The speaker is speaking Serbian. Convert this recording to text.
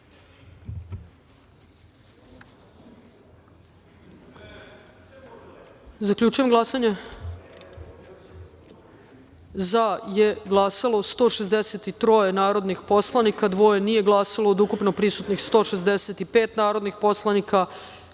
celini. Zaključujem glasanje: za je glasalo 163 narodnih poslanika, dvoje nije glasalo, od ukupno prisutnih 165 narodnih